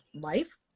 life